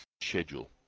schedule